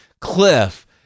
Cliff